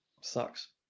Sucks